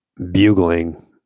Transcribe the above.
Bugling